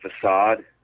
facade